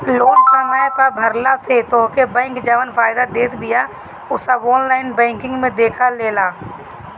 loan समय पअ भरला से तोहके बैंक जवन फायदा देत बिया उ सब ऑनलाइन बैंकिंग में देखा देला